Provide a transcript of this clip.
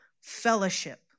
fellowship